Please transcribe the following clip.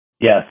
Yes